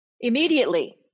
Immediately